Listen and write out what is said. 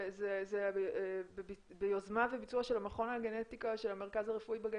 זה ביוזמה וביצוע של המכון לגנטיקה של המרכז הרפואי בגליל?